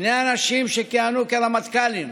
שני אנשים שכיהנו כרמטכ"לים,